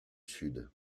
sud